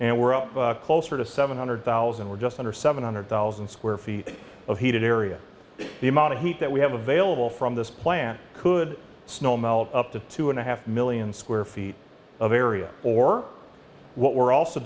and we're up closer to seven hundred thousand we're just under seven hundred thousand square feet of heated area the amount of heat that we have available from this plant could snow melt up to two and a half million square feet of area or what we're also